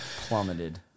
plummeted